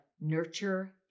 nurture